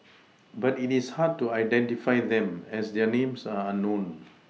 but it is hard to identify them as their names are unknown